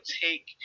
take